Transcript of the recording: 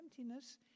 emptiness